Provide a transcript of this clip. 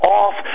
off